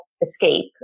escape